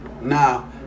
Now